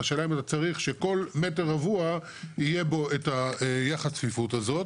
השאלה אם אתה צריך שבכל מטר רבוע תהיה לך את יחס הצפיפות הזו?